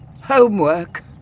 Homework